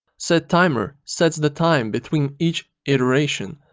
settimer sets the time between each iteration,